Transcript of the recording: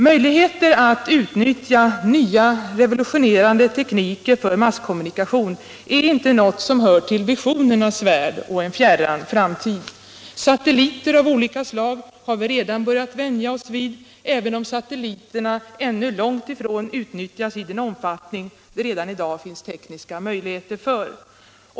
Möjligheter att utnyttja nya revolutionerande tekniker för masskommunikation är inte något som hör till visionernas värld och en fjärran framtid. Satelliter av olika slag har vi redan börjat vänja oss vid, även om satelliterna ännu långt ifrån utnyttjas i den omfattning det redan i dag finns tekniska möjligheter för.